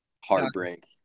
heartbreak